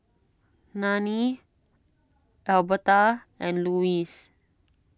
Nanie Alberta and Louis